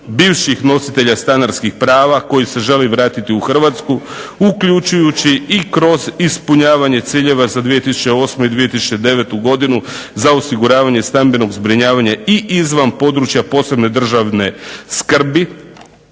bivših nositelja stanarskih prava koji se žele vratiti u Hrvatsku uključujući i kroz ispunjavanje ciljeva za 2008. i 2009. godinu za osiguravanje stambenog zbrinjavanja i izvan područja posebne državne skrbi.